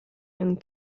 and